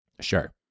Sure